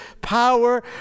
power